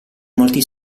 molti